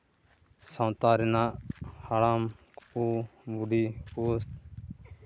ᱥᱟᱶᱛᱟ ᱨᱮᱭᱟᱜ ᱦᱟᱲᱟᱢ ᱠᱚ ᱵᱩᱰᱷᱤ ᱠᱚ